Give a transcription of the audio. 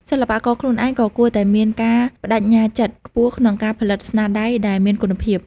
សិល្បករខ្លួនឯងក៏គួរតែមានការប្តេជ្ញាចិត្តខ្ពស់ក្នុងការផលិតស្នាដៃដែលមានគុណភាព។